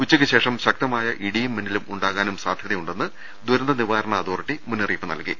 ഉച്ചയ്ക്ക് ശേഷം ശക്തമായ ഇടിയും മിന്നലും ഉണ്ടാകാനും സാധ്യത യുണ്ടെന്ന് ദുരന്തനിവാരണ അതോറിറ്റി മുന്നറിയിപ്പ് നൽകി